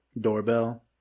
doorbell